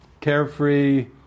carefree